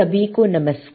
सभी को नमस्कार